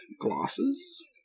glasses